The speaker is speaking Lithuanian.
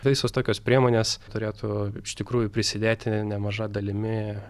visos tokios priemonės turėtų iš tikrųjų prisidėti nemaža dalimi